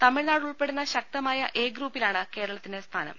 തമിഴ്നാട് ഉൾപ്പെടുന്ന ശക്തമായ എ ഗ്രൂപ്പിലാണ് കേരളത്തിന്റെ സ്ഥാനം